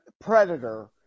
predator